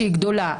שהיא גדולה.